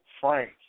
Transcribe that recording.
Frank